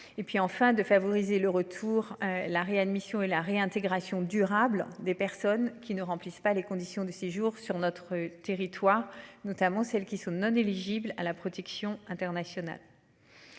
Et puis enfin de favoriser le retour la réadmission et la réintégration durable des personnes qui ne remplissent pas les conditions de séjour sur notre territoire, notamment celles qui sont non-éligible à la protection internationale.